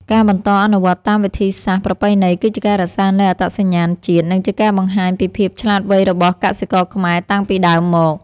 ការបន្តអនុវត្តតាមវិធីសាស្ត្រប្រពៃណីគឺជារក្សានូវអត្តសញ្ញាណជាតិ និងជាការបង្ហាញពីភាពឆ្លាតវៃរបស់កសិករខ្មែរតាំងពីដើមមក។